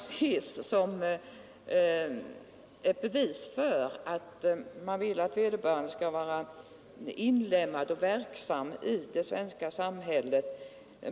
Det tycker då inte jag är något bevis på om vederbörande har varit inlemmad och verksam i samhället eller inte.